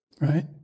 right